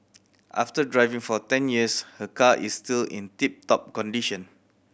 after driving for ten years her car is still in tip top condition